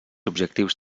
objectius